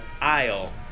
aisle